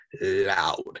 loud